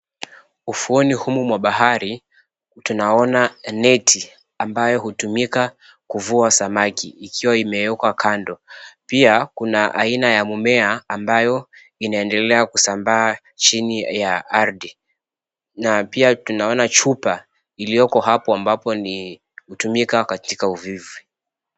Ufuoni humu mwa bahari, tunaona neti ambayo hutumika kuvua samaki ikiwa imewekwa kando pia kuna aina ya mmea ambayo inaendelea kusambaa chini ya ardhi na pia tunaona chupa iliyoko hapo ambapo ni hutumika katika uvuvi.